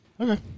Okay